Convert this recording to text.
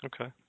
Okay